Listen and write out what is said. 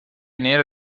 nere